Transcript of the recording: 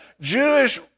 Jewish